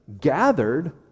gathered